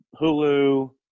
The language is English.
Hulu